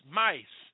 mice